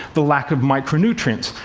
the lack of micronutrients.